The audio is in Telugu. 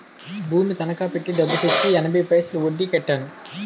భూమి తనకా పెట్టి డబ్బు తెచ్చి ఎనభై పైసలు వడ్డీ కట్టాను